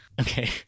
Okay